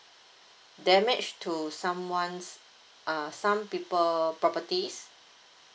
damage to someone's uh some people properties